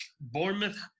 Bournemouth